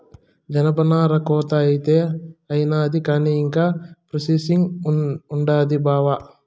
జనపనార కోత అయితే అయినాది కానీ ఇంకా ప్రాసెసింగ్ ఉండాది బావా